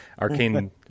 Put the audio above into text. Arcane